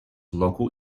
local